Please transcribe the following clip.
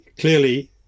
clearly